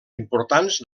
importants